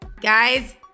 Guys